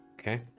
Okay